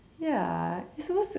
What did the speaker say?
ya it's supposed to